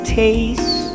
taste